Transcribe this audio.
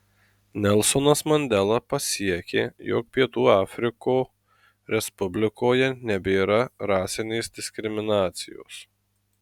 nelsonas mandela pasiekė jog pietų afriko respublikoje nebėra rasinės diskriminacijos